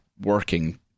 working